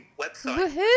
website